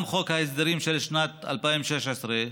גם חוק ההסדרים של שנת 2016,